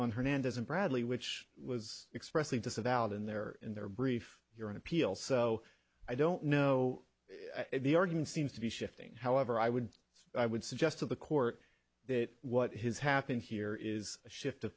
on hernandez and bradley which was expressly disavowed in their in their brief your an appeal so i don't know if the argument seems to be shifting however i would i would suggest to the court that what has happened here is a shift